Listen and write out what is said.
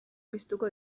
piztuko